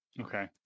Okay